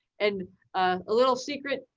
and a little secret,